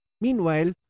Meanwhile